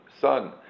son